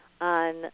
on